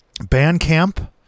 Bandcamp